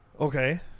Okay